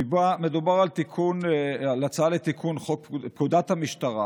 מדובר על הצעה לתיקון חוק פקודת המשטרה